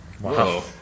Wow